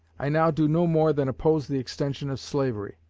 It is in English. i now do no more than oppose the extension of slavery.